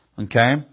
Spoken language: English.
Okay